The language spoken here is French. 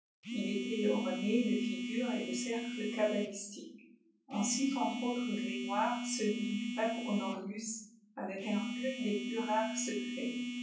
il était orné de figures et de cercles cabalistiques on çiie entre autres grimoires celui du pape jlonorius avec un recueil des plus rares secrets